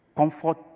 comfort